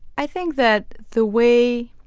i think that the way